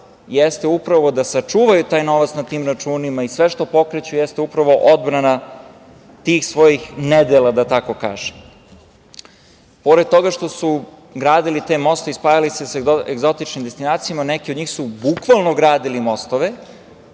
jeste upravo da sačuvaju taj novac na tim računima i sve što pokreću jeste upravo odbrana tih svojih nedela, da tako kažem. Pored toga što su gradili te mostove i spajali se sa egzotičnim destinacijama, neki od njih su bukvalno gradili mostove